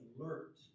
alert